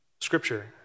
scripture